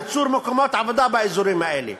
ייצור מקומות עבודה באזורים האלה,